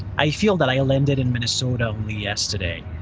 i feel that i landed in minnesota only yesterday.